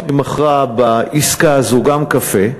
היא מכרה בעסקה הזאת גם קפה,